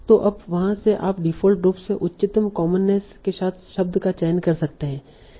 तो अब वहाँ से आप डिफ़ॉल्ट रूप से उच्चतम कॉमननेस के साथ शब्द का चयन कर सकते हैं